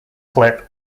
clip